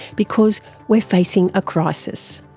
because we're facing a crisis.